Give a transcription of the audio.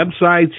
websites